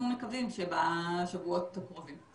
אנחנו מקווים שבשבועות הקרובים.